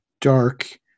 dark